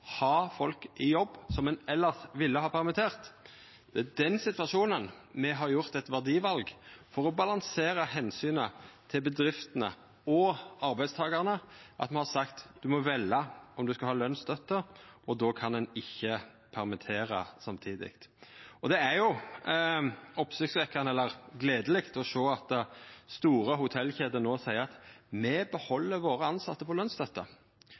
ville ha permittert, og det er i den situasjonen me har gjort eit verdival. For å balansera omsynet til bedriftene og arbeidstakarane har me sagt at ein må velja om ein skal ha lønsstøtte, men då kan ein ikkje permittera samtidig. Det er gledeleg å sjå at store hotellkjeder seier at dei no beheld dei tilsette på